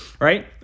right